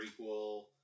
prequel